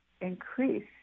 increase